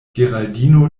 geraldino